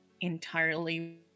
entirely